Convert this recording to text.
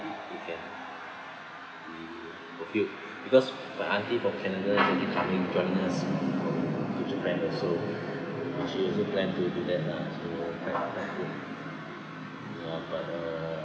it can be fulfilled because my aunty from canada is actually coming joining us go to japan also she also plan to do that lah so that that trip ya but uh